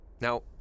Now